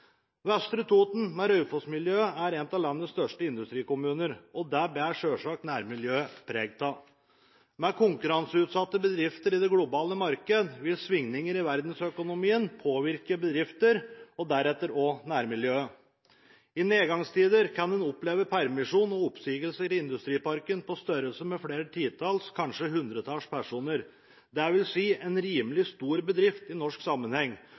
Vestre Toten, med Raufoss-miljøet, er en av landets største industrikommuner, og det bærer selvsagt nærmiljøet preg av. Med konkurranseutsatte bedrifter i det globale markedet, vil svingninger i verdensøkonomien påvirke bedrifter og deretter også nærmiljøet. I nedgangstider kan en oppleve permisjoner og oppsigelser av flere titalls, kanskje hundretalls, personer i industriparken. Det vil si en rimelig stor bedrift, i norsk sammenheng.